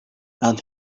and